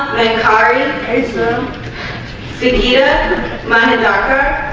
card and and esma vidya my daughter